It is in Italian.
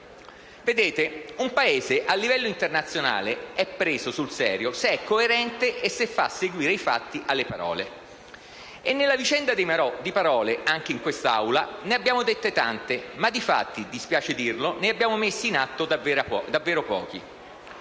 colleghi, un Paese a livello internazionale è preso sul serio se è coerente e se fa seguire i fatti alle parole. Nella vicenda dei marò di parole, anche in quest'Aula, ne abbiamo dette tante, ma di fatti - dispiace dirlo - ne abbiamo messi in atto davvero pochi.